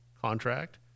contract